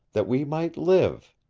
that we might live.